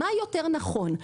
מה יותר נכון,